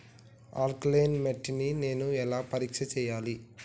Alkaline మట్టి ని నేను ఎలా పరీక్ష చేయాలి?